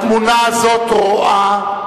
התמונה הזאת רואה,